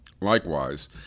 Likewise